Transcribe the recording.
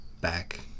back